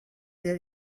their